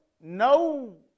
no